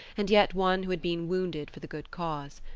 and yet one who had been wounded for the good cause.